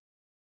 ρ2 आहे 0